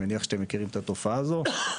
אני מניח שאתם מכירים את תופעת הברחנים,